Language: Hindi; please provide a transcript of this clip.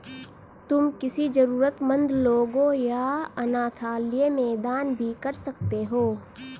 तुम किसी जरूरतमन्द लोगों या अनाथालय में दान भी कर सकते हो